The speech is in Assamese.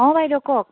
অঁ বাইদেউ কওক